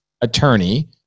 attorney